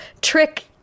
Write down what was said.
trick